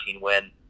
win